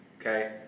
Okay